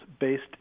based